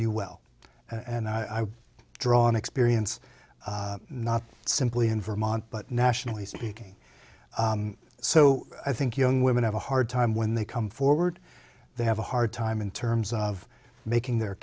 you well and i would draw on experience not simply in vermont but nationally speaking so i think young women have a hard time when they come forward they have a hard time in terms of making their